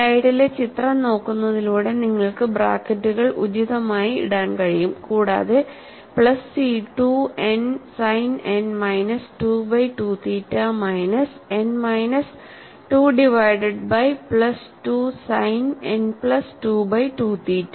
സ്ലൈഡിലെ ചിത്രം നോക്കുന്നതിലൂടെ നിങ്ങൾക്ക് ബ്രാക്കറ്റുകൾ ഉചിതമായി ഇടാൻ കഴിയും കൂടാതെ plus C 2 n sine n minus 2 by 2 theta minus n minus 2 divided by plus 2 sine n plus 2 by 2 theta